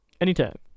Anytime